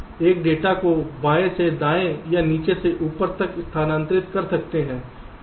तो हम एक डेटा को बाएं से दाएं या नीचे से ऊपर तक स्थानांतरित कर सकते हैं